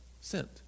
sent